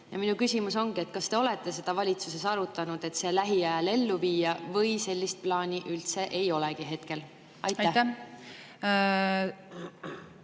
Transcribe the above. Ja minu küsimus ongi: kas te olete seda valitsuses arutanud, et see lähiajal ellu viia, või sellist plaani üldse ei olegi hetkel? Aitäh!